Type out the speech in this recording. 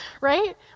right